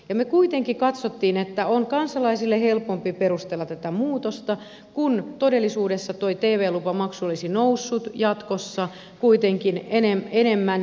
me kuitenkin katsoimme että on kansalaisille helpompi perustella tätä muutosta kun todellisuudessa tuo tv lupamaksu olisi noussut jatkossa kuitenkin enemmän